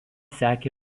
sekė